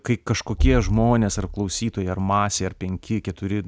kai kažkokie žmonės ar klausytojai ar masė ar penki keturi